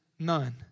None